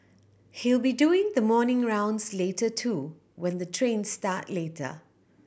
he'll be doing the morning rounds later too when the trains start later